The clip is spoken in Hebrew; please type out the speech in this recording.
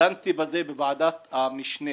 דנתי בזה בוועדת המשנה